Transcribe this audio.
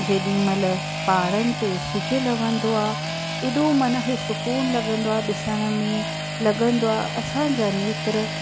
जेॾीमहिल पहाड़नि ते सिॼ लहंदो आहे एॾो मन खे सुकून लॻंदो आहे ॾिसण में लॻंदो आहे असांजा नेत्र